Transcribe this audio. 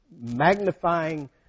magnifying